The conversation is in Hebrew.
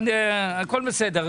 הכול בסדר.